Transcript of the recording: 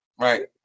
Right